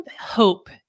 hope